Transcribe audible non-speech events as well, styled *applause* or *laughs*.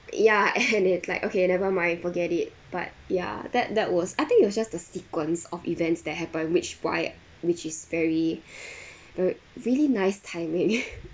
ya and it's like okay never mind forget it but ya that that was I think it was just the sequence of events that happen which why which is very *breath* re~ really nice timing *laughs*